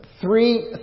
Three